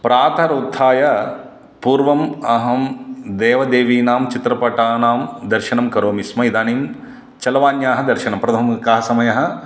प्रातरुत्थाय पूर्वम् अहं देवदेवीनां चित्रपटानां दर्शनं करोमिस्म इदानीं चलवाण्याः दर्शनं प्रथमं का समयः